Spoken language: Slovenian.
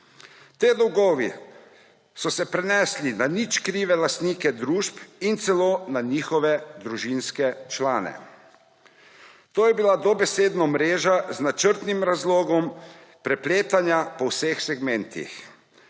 Ti dolgovi so se prenesli na nič krive lastnike družb in celo na njihove družinske člane. To je bila dobesedno mreža z načrtnim razlogom prepletanja po vseh segmentih.